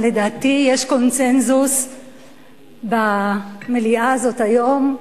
אבל לדעתי יש קונסנזוס במליאה הזאת היום: